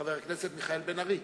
חבר הכנסת מיכאל בן-ארי,